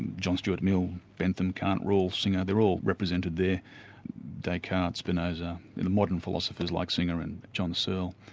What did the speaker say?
and john stuart mill, bentham, kant, rawls, singer, they're all represented there descartes, spinoza, and modern philosophers like singer and john searle,